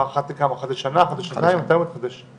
לא מספק ואתם מבקשים שהסמכות תהיה קבועה?